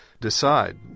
decide